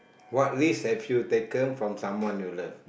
what risk have you taken from someone you love